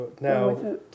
now